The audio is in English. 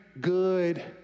good